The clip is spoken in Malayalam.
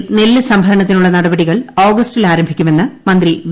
കേരളത്തിൽ നെല്ല് സംഭരണത്തിനുള്ള നടപടികൾ ഓഗസ്റ്റിൽ ആരംഭിക്കുമെന്ന് മന്ത്രി വി